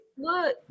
Look